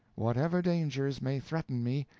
whatever dangers may threaten me,